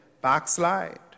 backslide